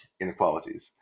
inequalities